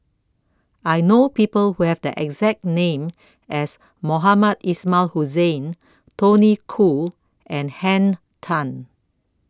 I know People Who Have The exact name as Mohamed Ismail Hussain Tony Khoo and Henn Tan